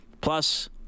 Plus